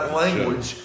language